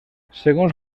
segons